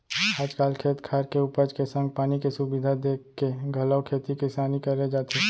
आज काल खेत खार के उपज के संग पानी के सुबिधा देखके घलौ खेती किसानी करे जाथे